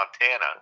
Montana